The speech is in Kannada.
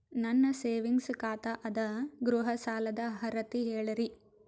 ನನ್ನ ಸೇವಿಂಗ್ಸ್ ಖಾತಾ ಅದ, ಗೃಹ ಸಾಲದ ಅರ್ಹತಿ ಹೇಳರಿ?